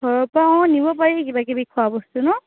ঘৰৰ পৰা অঁ নিব পাৰিবি কিবা কিবি খোৱা বস্তু ন